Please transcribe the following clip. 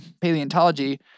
paleontology